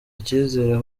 icyizere